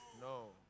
No